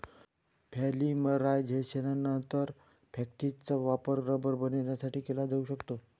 पॉलिमरायझेशननंतर, फॅक्टिसचा वापर रबर उत्पादनासाठी केला जाऊ शकतो